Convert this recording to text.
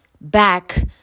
back